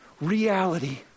reality